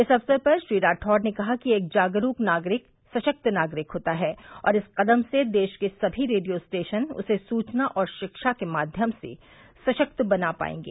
इस अवसर पर श्री राठौड़ ने कहा कि एक जागरूक नागरिक सशक्त नागरिक होता है और इस कदम से देश के सभी रेडियो स्टेशन उसे सूचना और शिक्षा के माध्यम से सशक्त बना पाएंगे